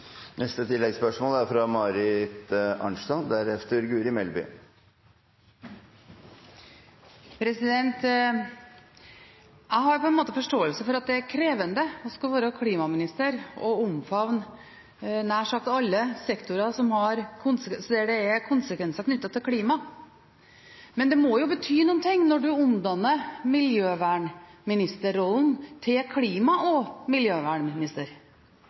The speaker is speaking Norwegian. Marit Arnstad – til oppfølgingsspørsmål. Jeg har forståelse for at det er krevende å være klimaminister og skulle omfavne nær sagt alle sektorer der det er konsekvenser knyttet til klima. Men det må bety noe når man omdanner miljøvernministerrollen til klima- og miljøvernminister.